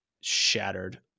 shattered